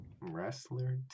Wrestler